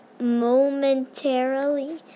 momentarily